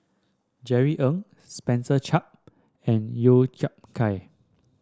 Jerry Ng Spencer Chapman and Chiap Khai